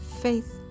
faith